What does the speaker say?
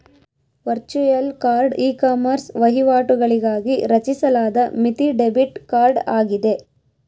virtual card ecommerce ವಹಿವಾಟುಗಳಿಗಾಗಿ ರಚಿಸಲಾದ ಮಿತಿ ಡೆಬಿಟ್ ಕಾರ್ಡ್ ಆಗಿದೆ